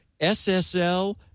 SSL